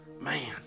Man